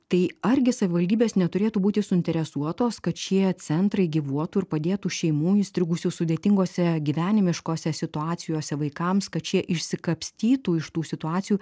tai argi savivaldybės neturėtų būti suinteresuotos kad šie centrai gyvuotų ir padėtų šeimų įstrigusių sudėtingose gyvenimiškose situacijose vaikams kad šie išsikapstytų iš tų situacijų